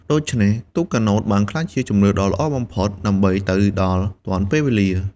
ដូច្នេះទូកកាណូតបានក្លាយជាជម្រើសដ៏ល្អបំផុតដើម្បីទៅដល់ទាន់ពេលវេលា។